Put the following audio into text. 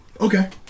Okay